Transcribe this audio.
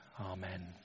amen